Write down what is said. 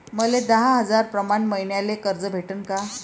मले दहा हजार प्रमाण मईन्याले कर्ज भेटन का?